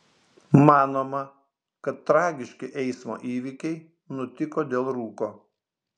manoma kad tragiški eismo įvykiai nutiko dėl rūko